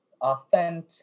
authentic